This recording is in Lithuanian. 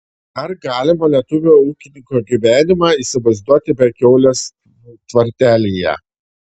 ar galima lietuvio ūkininko gyvenimą įsivaizduoti be kiaulės tvartelyje